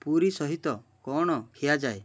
ପୁରୀ ସହିତ କ'ଣ ଖିଆଯାଏ